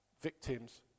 victims